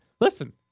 listen –